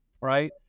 right